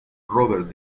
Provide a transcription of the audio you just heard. robert